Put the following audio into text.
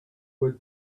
were